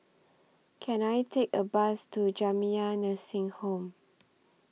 Can I Take A Bus to Jamiyah Nursing Home